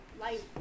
life